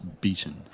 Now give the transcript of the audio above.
beaten